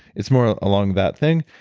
it's more along that thing,